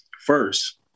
first